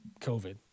COVID